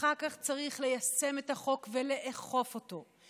אחר כך צריך ליישם את החוק ולאכוף אותו.